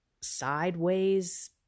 sideways